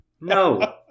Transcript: No